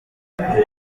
uracyari